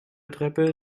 treppe